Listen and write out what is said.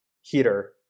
heater